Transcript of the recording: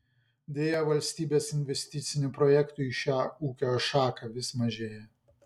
deja valstybės investicinių projektų į šią ūkio šaką vis mažėja